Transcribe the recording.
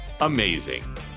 amazing